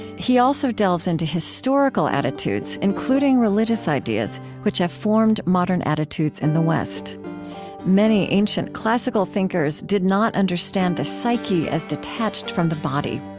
he also delves into historical attitudes, including religious ideas, which have formed modern attitudes in the west many ancient, classical thinkers did not understand the psyche as detached from the body.